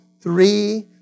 three